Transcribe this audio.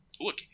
look